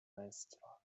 męstwa